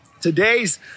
today's